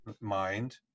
mind